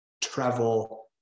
travel